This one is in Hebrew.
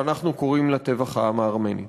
שאנחנו קוראים לה טבח העם הארמני.